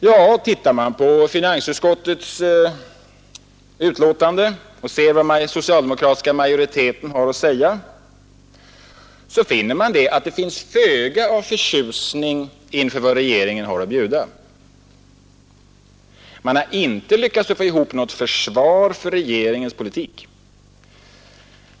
Ja, tittar man på vad finansutskottets socialdemokratiska majoritet har att säga så finner man, att där finns föga förtjusning inför vad regeringen har att bjuda. Man har inte lyckats att få ihop något försvar för regeringens politik.